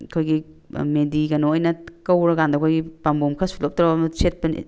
ꯑꯩꯈꯣꯏꯒꯤ ꯃꯦꯗꯤ ꯀꯩꯅꯣ ꯑꯣꯏꯅ ꯀꯧꯔꯀꯥꯟꯗ ꯑꯩꯈꯣꯏꯒꯤ ꯄꯥꯝꯕꯣꯝ ꯈꯔ ꯁꯨꯛꯂꯞ ꯇꯧꯔꯒ ꯑꯃ ꯁꯦꯠꯄꯅꯦ